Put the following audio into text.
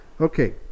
Okay